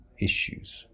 issues